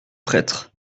prêtre